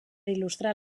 il·lustrar